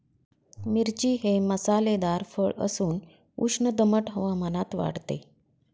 मिरची हे मसालेदार फळ असून उष्ण दमट हवामानात वाढते